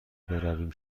برویم